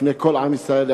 בפני כל עם ישראל,